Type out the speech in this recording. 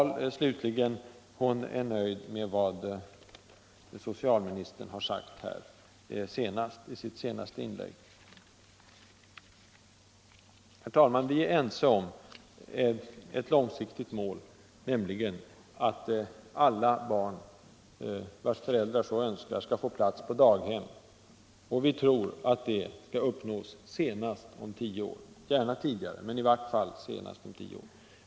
Fru Dahl, slutligen, är nöjd med vad socialministern har sagt här i sitt senaste inlägg. Herr talman! Vi är ense om ett långsiktigt mål, nämligen att alla barn — vars föräldrar så önskar — skall få plats på daghem, och vi tror att det skall uppnås senast om tio år; gärna tidigare, men i vart fall senast om tio år.